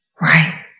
Right